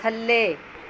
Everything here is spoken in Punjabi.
ਥੱਲੇ